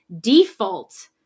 default